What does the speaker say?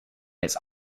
its